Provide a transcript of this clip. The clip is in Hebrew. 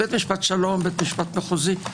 בית משפט שלום, בית משפט מחוזי.